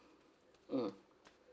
mm